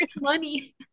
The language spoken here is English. Money